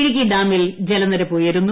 ഇടുക്കി ഡാമിൽ ജലനിരപ്പ് ഉയരുന്നു